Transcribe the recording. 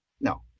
No